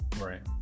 right